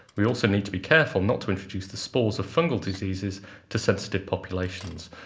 we also need to be careful not to introduce the spores of fungal diseases to sensitive populations,